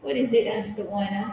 what is it ah third one ah